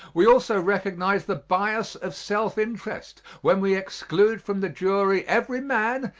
we also recognize the bias of self-interest when we exclude from the jury every man,